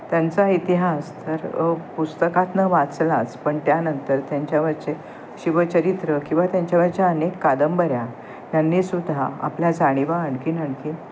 त्यांचा इतिहास तर पुस्तकातनं वाचलाच पण त्यानंतर त्यांच्यावरचे शिवचरित्र किंवा त्यांच्यावरच्या अनेक कादंबऱ्या यांनी यांनीसुद्धा आपल्या जाणीवा आणखीन आणखीन